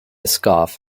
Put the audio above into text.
scarf